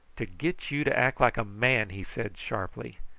to get you to act like a man, he said sharply.